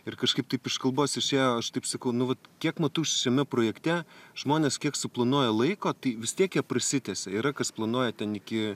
ir kažkaip taip iš kalbos išėjo aš taip sakau nu vat kiek matau šiame projekte žmonės kiek suplanuoja laiko tai vis tiek jie prasitęsia yra kas planuoja ten iki